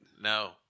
No